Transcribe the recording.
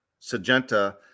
Sagenta